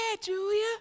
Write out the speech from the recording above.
Julia